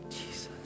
Jesus